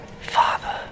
Father